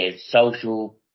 social